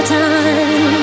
time